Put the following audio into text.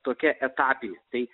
tokia etapinė tai